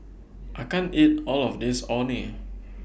I can't eat All of This Orh Nee